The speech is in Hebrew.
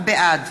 בעד